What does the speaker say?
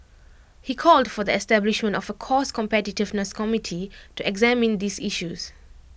he called for the establishment of A cost competitiveness committee to examine these issues